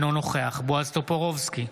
אינו נוכח בועז טופורובסקי,